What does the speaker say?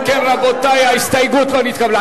אם כן, רבותי, ההסתייגות לא נתקבלה.